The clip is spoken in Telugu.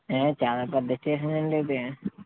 చాలా పెద్ద స్టేషన్ అండి ఇది